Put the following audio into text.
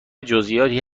جزییاتی